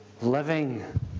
living